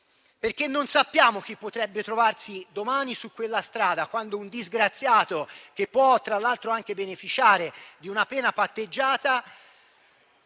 strade. Non sappiamo infatti chi potrebbe trovarsi domani sulla strada, quando un disgraziato, che può tra l'altro anche beneficiare di una pena patteggiata,